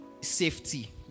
safety